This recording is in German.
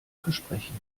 versprechen